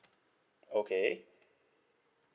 okay